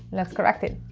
let's correct it.